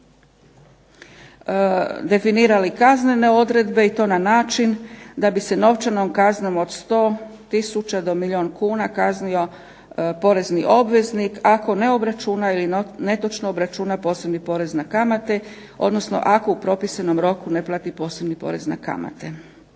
definirali kaznene odredbe i to na način da bi se novčanom kaznom od 100000 do milijun kuna kaznio porezni obveznik ako ne obračuna ili netočno obračuna posebni porez na kamate, odnosno ako u propisanom roku ne plati posebni porez na kamate.